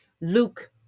Luke